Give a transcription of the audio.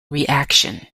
reaction